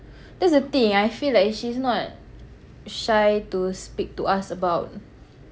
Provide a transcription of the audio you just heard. that's the thing I feel like she's not shy to speak to ask about